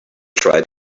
tried